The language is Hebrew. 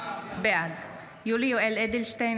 בעד יולי יואל אדלשטיין,